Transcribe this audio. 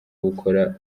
bukora